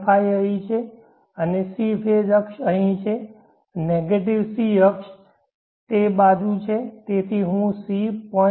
5 અહીં છે અને c ફેઝ અક્ષ અહીં છે નેગેટીવ c ફેઝ અક્ષ તે બાજુ છે તેથી હું c 0